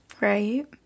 Right